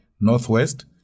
Northwest